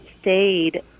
stayed